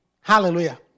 Hallelujah